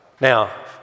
Now